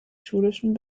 schulischen